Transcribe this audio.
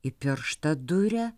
į pirštą duria